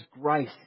grace